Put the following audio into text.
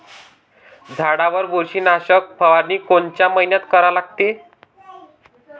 झाडावर बुरशीनाशक फवारनी कोनच्या मइन्यात करा लागते?